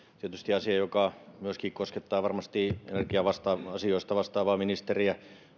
tietysti asia joka koskettaa varmasti myöskin energia asioista vastaavaa ministeriä